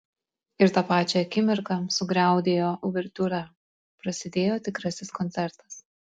ir tą pačią akimirką sugriaudėjo uvertiūra prasidėjo tikrasis koncertas